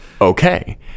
okay